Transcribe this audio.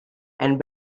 and